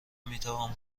میتوان